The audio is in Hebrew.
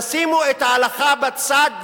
תשימו את ההלכה בצד,